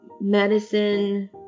Medicine